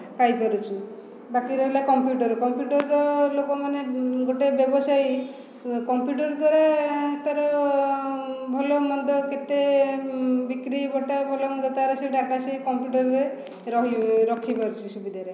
ପାଇପାରୁଛୁ ବାକି ରହିଲା କମ୍ପ୍ୟୁଟର କମ୍ପ୍ୟୁଟରର ଲୋକମାନେ ଗୋଟେ ବ୍ୟବସାୟୀ କମ୍ପ୍ୟୁଟରଦ୍ୱାରା ତାର ଭଲ ମନ୍ଦ କେତେ ବିକ୍ରି ବଟା ଭଲମନ୍ଦ ତାର ସେ ଡାଟା ସେ କମ୍ପ୍ୟୁଟରରେ ରହି ରଖିପାରୁଛି ସୁବିଧାରେ